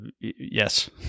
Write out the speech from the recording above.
yes